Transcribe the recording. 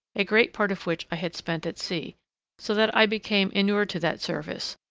a great part of which i had spent at sea so that i became inured to that service,